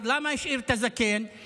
למה השאיר את הזקן?) למה השאיר את הזקן?